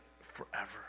forever